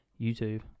YouTube